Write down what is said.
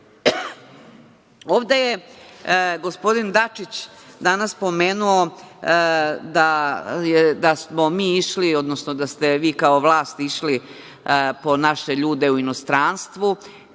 je gospodin Dačić danas pomenuo da smo mi išli, odnosno da ste vi kao vlast išli po naše ljude u inostranstvo,